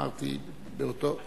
אמרתי באותו,